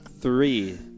Three